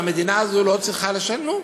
אז המדינה הזאת לא צריכה לשלם?